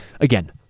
again